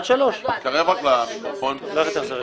עד 15:00. הוא